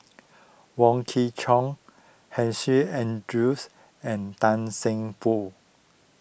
Wong Kwei Cheong Hussein an juice and Tan Seng Poh